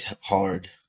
hard